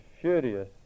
furious